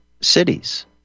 cities